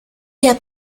der